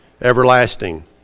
Everlasting